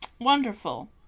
Wonderful